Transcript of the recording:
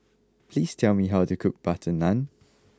please tell me how to cook Butter Naan